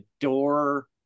door